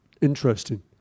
interesting